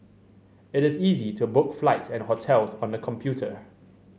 it is easy to book flights and hotels on the computer